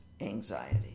anxiety